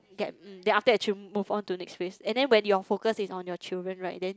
get~ mm then after that ch~ move on to next phase and then when your focus is on your children right then